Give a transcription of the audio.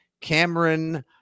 Cameron